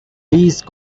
these